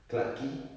clarke quay